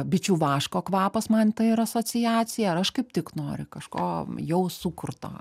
bičių vaško kvapas man tai yra asociacija ar aš kaip tik noriu kažko jau sukurto